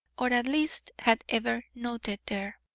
or at least had ever noted there.